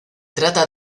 trata